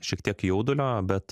šiek tiek jaudulio bet